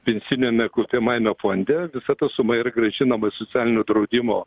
pensijiniame kaupiamajame fonde visa ta suma yra grąžinama į socialinio draudimo